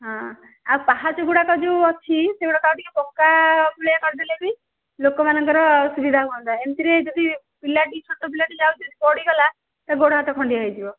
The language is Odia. ହଁ ଆଉ ପାହାଚଗୁଡ଼ାକ ଯୋଉଁ ଅଛି ସେଗୁଡ଼ାକ ଆଉ ଟିକିଏ ପକ୍କା ଭଳିଆ କରିଦେଲେ ବି ଲୋକମାନଙ୍କର ସୁବିଧା ହୁଅନ୍ତା ଏମତିରେ ଯଦି ପିଲାକି ଛୋଟ ପିଲାଟି ଯାଉଛି ଯଦି ପଡ଼ିଗଲା ତା ଗୋଡ ହାତ ଖଣ୍ଡିଆ ହୋଇଯିବ